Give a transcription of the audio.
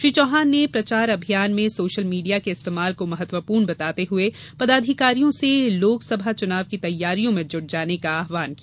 श्री चौहान ने प्रचार अभियान में सोशल मीडिया के इस्तेमाल को महत्वपूर्ण बताते हुए पदाधिकारियों से लोकसभा चुनाव की तैयारियों में जुट जाने का आहवान किया